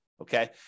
Okay